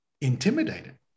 intimidated